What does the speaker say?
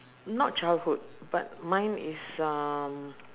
not childhood but mine is um